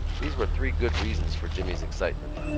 these were three good reasons for jimmy's excitement.